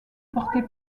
portait